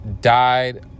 died